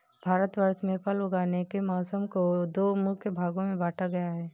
भारतवर्ष में फसल उगाने के मौसम को दो मुख्य भागों में बांटा गया है